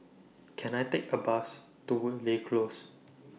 Can I Take A Bus to Woodleigh Close